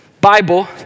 Bible